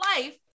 life